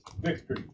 victory